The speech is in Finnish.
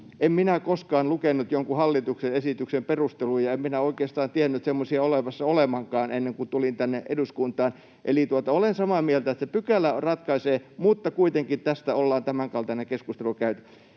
En minä koskaan lukenut jonkun hallituksen esityksen perusteluja. En minä oikeastaan tiennyt semmoisia olevan olemassakaan ennen kuin tulin tänne eduskuntaan. Eli olen samaa mieltä, että se pykälä ratkaisee, mutta kuitenkin tästä ollaan tämänkaltainen keskustelu käyty.